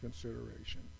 consideration